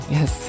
Yes